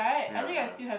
ya ya